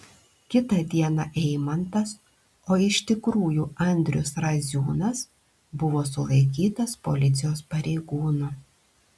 kitą dieną eimantas o iš tikrųjų andrius raziūnas buvo sulaikytas policijos pareigūnų